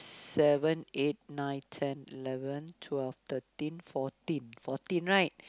seven eight nine ten eleven twelve thirteen fourteen fourteen right